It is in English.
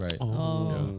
Right